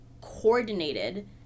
coordinated